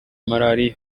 malariya